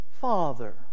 Father